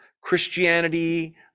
Christianity